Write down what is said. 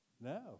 No